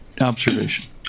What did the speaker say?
observation